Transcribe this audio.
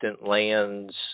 lands